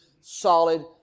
solid